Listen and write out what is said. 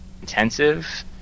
intensive